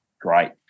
great